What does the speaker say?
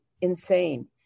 insane